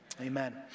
Amen